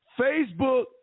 Facebook